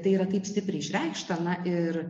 tai yra taip stipriai išreikšta na ir